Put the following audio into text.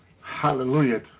Hallelujah